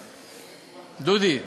דודי.